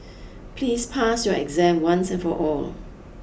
please pass your exam once and for all